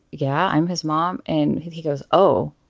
yeah, i'm his mom. and he goes, oh.